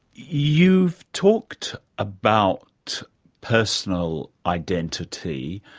you've talked about personal identity.